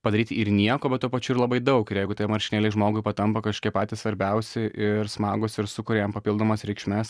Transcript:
padaryti ir nieko bet tuo pačiu ir labai daug ir jeigu tie marškinėliai žmogui patampa kažkokie patys svarbiausi ir smagūs ir sukuria jam papildomas reikšmes